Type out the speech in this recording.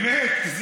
באמת.